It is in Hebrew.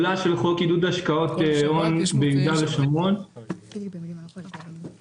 עידוד השקעות הון ביהודה ושומרון -- בבקשה.